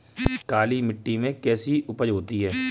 काली मिट्टी में कैसी उपज होती है?